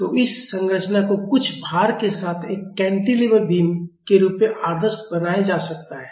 तो इस संरचना को कुछ भार के साथ एक केंटिलिवर बीम के रूप में आदर्श बनाया जा सकता है